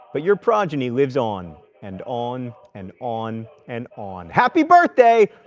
but your progeny lives on. and on, and on, and on. happy birthday!